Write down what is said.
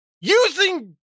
using